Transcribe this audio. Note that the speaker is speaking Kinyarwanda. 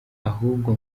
ahubwo